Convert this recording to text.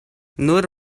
nur